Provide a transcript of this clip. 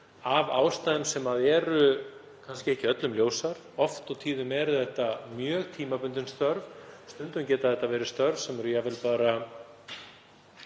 af ástæðum sem eru kannski ekki öllum ljósar. Oft og tíðum eru þetta mjög tímabundin störf. Stundum geta þetta verið störf jafnvel í